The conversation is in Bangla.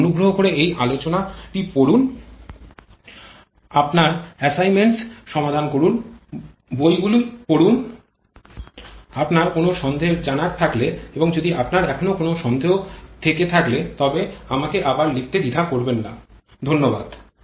আপনি অনুগ্রহ করে এই আলোচনাটি পড়ুন আপনার অ্যাসাইনমেন্টস সমাধান করুন বইগুলি পড়ুন আপনার কোনও সন্দেহের জানার থাকলে এবং যদি আপনার এখনও কোন সন্দেহ থেকে থাকলে তবে আমাকে আবার লিখতে দ্বিধা করবেন না ধন্যবাদ